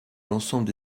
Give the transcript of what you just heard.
l’ensemble